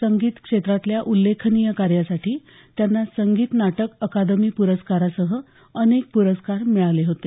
संगीत क्षेत्रातल्या उल्लेखनीय कार्यासाठी त्यांना संगीत नाटक अकादमी प्रस्कारासह अनेक प्रस्कार मिळाले होते